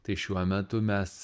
tai šiuo metu mes